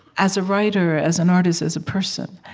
as a writer, as an artist, as a person.